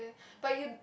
but you